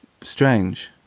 strange